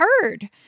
heard